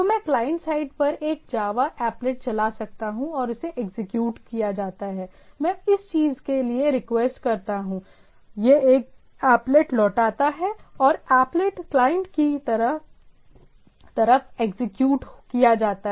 तो मैं client side पर एक जावा एप्लेट चला सकता हूं और इसे एग्जीक्यूट किया जाता है मैं इस चीज के लिए रिक्वेस्ट करता हूं यह एक एप्लेट लौटाता है और एप्लेट क्लाइंट की तरफ एग्जीक्यूट किया जाता है